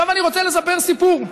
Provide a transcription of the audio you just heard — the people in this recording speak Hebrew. עכשיו אני רוצה לספר סיפור: